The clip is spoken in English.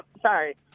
sorry